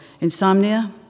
Insomnia